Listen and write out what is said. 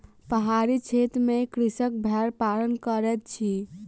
पहाड़ी क्षेत्र में कृषक भेड़ पालन करैत अछि